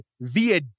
via